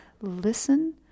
listen